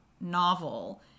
novel